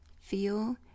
feel